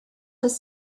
his